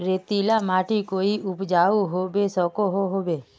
रेतीला माटित कोई उपजाऊ होबे सकोहो होबे?